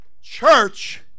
Church